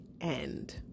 End